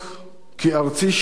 כי ארצי שינתה את פניה.